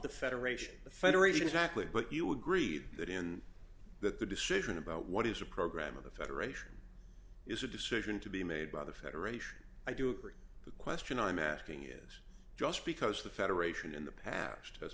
of federation exactly but you agreed that in that the decision about what is a programme of the federation is a decision to be made by the federation i do agree the question i'm asking is just because the federation in the past has